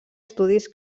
estudis